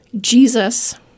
Jesus